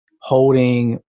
holding